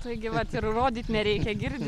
taigi vat ir rodyt nereikia girdi